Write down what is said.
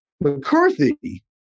McCarthy